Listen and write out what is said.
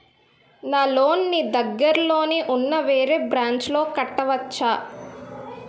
నా లోన్ నీ దగ్గర్లోని ఉన్న వేరే బ్రాంచ్ లో కట్టవచా?